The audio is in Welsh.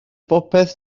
bopeth